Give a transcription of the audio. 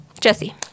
Jesse